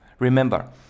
Remember